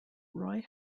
roy